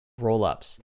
rollups